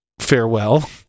farewell